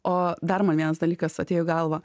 o dar man vienas dalykas atėjo į galvą